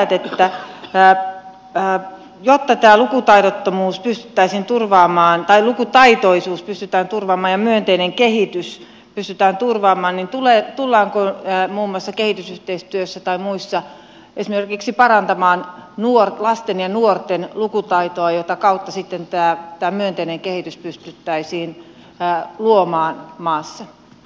jotta tämä jää tähän jos tätä lukutaidottomuus pystyttäisiin turvaamaan tai lukutaitoisuus ja myönteinen kehitys pystytään turvaamaan tullaanko muun muassa kehitysyhteistyössä tai muissa esimerkiksi parantamaan lasten ja nuorten lukutaitoa jota kautta sitten tämä myönteinen kehitys pystyttäisiin luomaan maassa